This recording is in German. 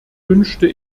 wünschte